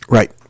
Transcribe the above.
Right